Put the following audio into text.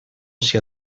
sia